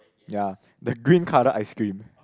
ya the green colour ice cream